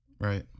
Right